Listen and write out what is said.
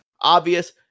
obvious